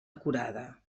acurada